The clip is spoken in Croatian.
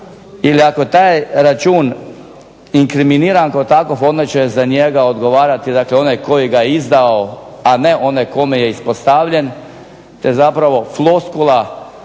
ili ako taj račun inkriminiran kao takov onda će za njega odgovarati, dakle onaj koji ga je izdao, a ne onaj kome je ispostavljen. To je zapravo floskula,